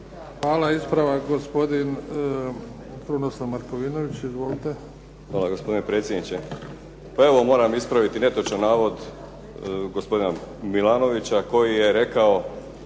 Hvala. Ispravak, gospodin Krunoslav Markovinović. Izvolite. **Markovinović, Krunoslav (HDZ)** Hvala gospodine predsjedniče. Pa evo, moram ispraviti netočan navod gospodina Milanovića koji je rekao